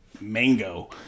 mango